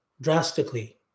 drastically